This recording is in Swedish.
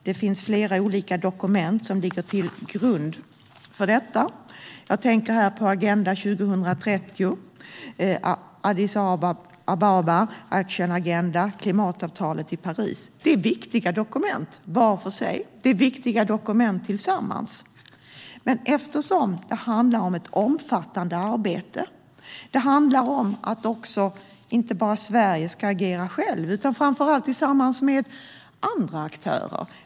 Det finns flera olika dokument som ligger till grund för detta. Jag tänker här på Agenda 2030, Addis Ababa Action Agenda och klimatavtalet i Paris. Det är viktiga dokument var för sig, och det är viktiga dokument tillsammans. Det handlar om ett omfattande arbete och om att Sverige inte bara ska agera ensamt utan framför allt tillsammans med andra aktörer.